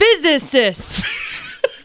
Physicist